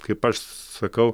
kaip aš sakau